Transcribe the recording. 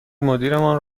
مدیرمان